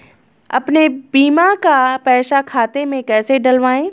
अपने बीमा का पैसा खाते में कैसे डलवाए?